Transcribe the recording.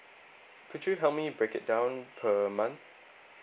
could you help me break it down per month